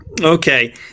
okay